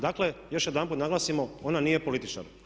Dakle još jedanput da naglasimo ona nije političar.